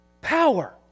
Power